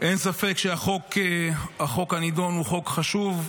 אין ספק שהחוק הנדון הוא חוק חשוב.